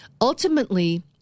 Ultimately